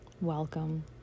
Welcome